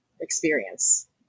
experience